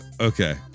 Okay